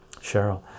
Cheryl